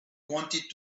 wanted